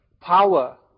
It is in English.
power